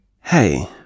Hey